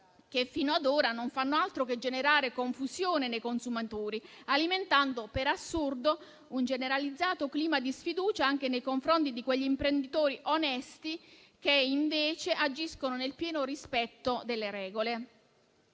che, fino ad ora, non fanno altro che generare confusione nei consumatori, alimentando per assurdo un generalizzato clima di sfiducia anche nei confronti di quegli imprenditori onesti che invece agiscono nel pieno rispetto delle regole.